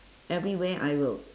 everywhere I will